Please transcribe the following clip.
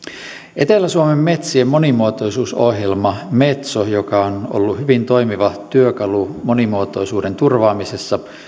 etelä suomen metsien monimuotoisuusohjelma metson joka on ollut hyvin toimiva työkalu monimuotoisuuden turvaamisessa